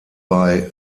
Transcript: bei